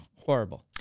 horrible